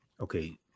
Okay